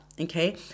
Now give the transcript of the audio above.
okay